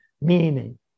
meaning